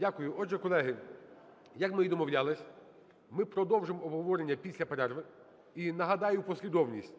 Дякую. Отже, колеги, як ми і домовлялися, ми продовжимо обговорення після перерви. І нагадаю послідовність: